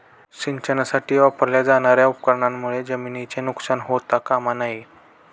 सिंचनासाठी वापरल्या जाणार्या उपकरणांमुळे जमिनीचे नुकसान होता कामा नये